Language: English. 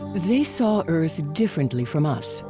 they saw earth differently from us.